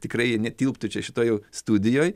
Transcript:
tikrai netilptų čia šitoj jau studijoj